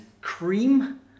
cream